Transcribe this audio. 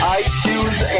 iTunes